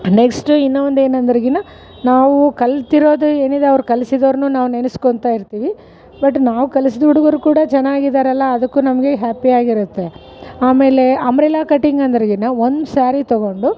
next ಇನ್ನೊಂದು ಏನು ಅಂದ್ರಗಿನ ನಾವು ಕಲ್ತಿರೋದು ಏನಿದೆ ಅವ್ರು ಕಲಿಸಿರೋರ್ನು ನಾವು ನೆನಸ್ಕೊಂತ ಇರ್ತೀವಿ ಬಟ್ ನಾವು ಕಲ್ಸಿದ ಹುಡುಗರು ಕೂಡ ಚೆನ್ನಾಗಿದರಲ್ಲ ಅದ್ಕು ನಮಗೆ ಹ್ಯಾಪಿಯಾಗಿರುತ್ತೆ ಆಮೇಲೆ ಅಂಬ್ರೆಲಾ ಕಟ್ಟಿಂಗ್ ಅಂದ್ರೆಗಿನ ಒಂದು ಸಾರಿ ತಗೊಂಡು